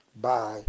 Bye